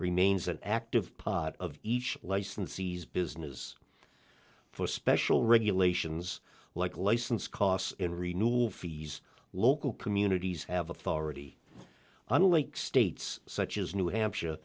remains an active part of each licensees business for special regulations like license costs and remove fees local communities have authority unlike states such as new hampshire